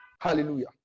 hallelujah